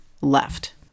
left